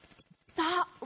Stop